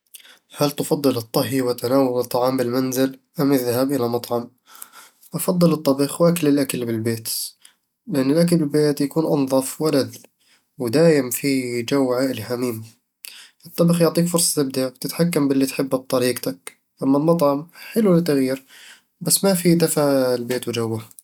هل تفضل الطهي وتناول الطعام بالمنزل أم الذهاب إلى مطعم؟ أفضّل الطبخ وأكل الأكل بالبيت لأن الأكل بالبيت يكون أنظف وألذ، ودايم فيه جو عائلي حميم الطبخ يعطيك فرصة تبدع وتتحكم باللي تحبه بطريقتك أما المطعم، حلو للتغيير، بس ما فيه دفا البيت وجوه